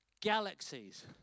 galaxies